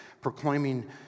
proclaiming